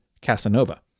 Casanova